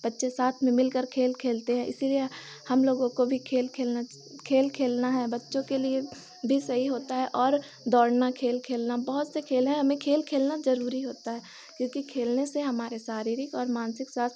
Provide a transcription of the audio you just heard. बच्चे साथ में मिलकर खेल खेलते है इसीलिए हम लोगों को भी खेल खेलना खेल खेलना है बच्चो के लिए भी सही होता है और दौड़ना खेल खेलना बहोत से खेल है हमे खेल खेलना ज़रूरी होता है क्योंकि खेलने से हमारे शारीरिक और मानसिक स्वास्थ्य